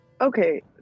Okay